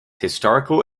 historical